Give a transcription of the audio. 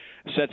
sets